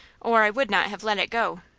or i would not have let it go